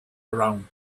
around